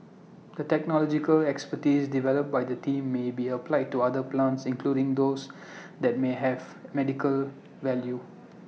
the technological expertise developed by the team may be applied to other plants including those that may have medical value